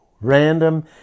random